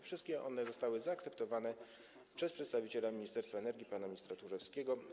Wszystkie one zostały zaakceptowane przez przedstawiciela Ministerstwa Energii pana ministra Tchórzewskiego.